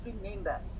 remember